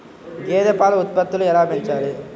గేదె పాల ఉత్పత్తులు ఎలా పెంచాలి?